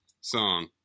song